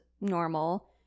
normal